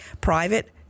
private